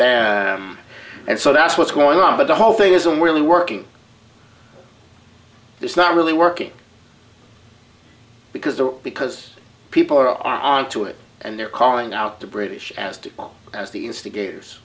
him and so that's what's going on but the whole thing isn't really working it's not really working because the because people are on to it and they're calling out the british as to all as the instigators